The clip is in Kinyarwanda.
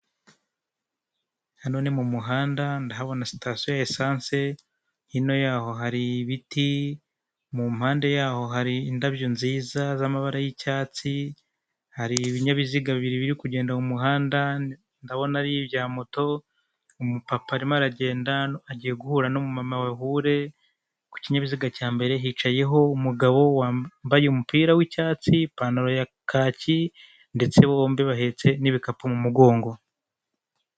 Hano ni mu muhanda ndahabona sitasiyo yasanse hino yaho hari ibiti, mu mpande yaho hari indabyo nziza z'amabara y'icyatsi hari ibinyabiziga bibiri biri kugenda mu muhanda ndabona ari ibya moto. Umupapa arimo aragenda agiye guhura na mama we bahure, ku kinyabiziga cya mbere hicayeho umugabo wambaye umupira w'icyatsi ipantaro ya kaki ndetse bombi bahetse n'ibikapu mu mugongo.